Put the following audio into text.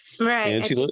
Right